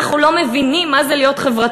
אנחנו לא מבינים מה זה להיות חברתיים.